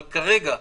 אבל כרגע,